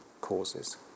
causes